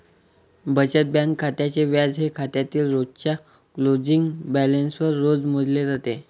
बचत बँक खात्याचे व्याज हे खात्यातील रोजच्या क्लोजिंग बॅलन्सवर रोज मोजले जाते